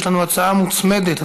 יש לנו הצעה מוצמדת,